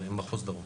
מרחב, מחוז דרום.